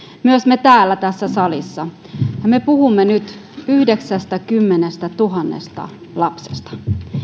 myös me täällä tässä salissa me puhumme nyt yhdeksästäkymmenestätuhannesta lapsesta